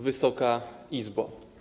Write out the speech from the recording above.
Wysoka Izbo!